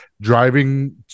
driving